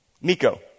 Miko